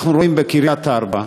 כידוע לך,